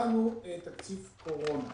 ונתנו תקציב קורונה.